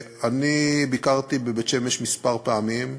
אני ביקרתי בבית-שמש כמה פעמים.